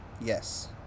Yes